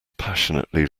passionately